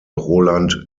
roland